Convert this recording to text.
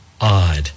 odd